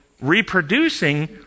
reproducing